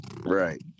right